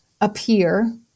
appear